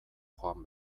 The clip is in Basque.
joan